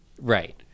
Right